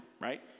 right